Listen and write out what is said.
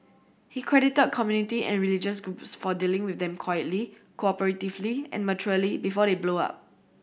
he credited community and religious groups for dealing with them quietly cooperatively and maturely before they blow up